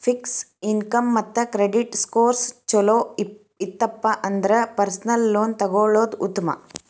fix income ಮತ್ತ credit scores ಚೊಲೋ ಇತ್ತಪ ಅಂದ್ರ ಪರ್ಸನಲ್ ಲೋನ್ ತೊಗೊಳ್ಳೋದ್ ಉತ್ಮ